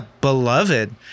beloved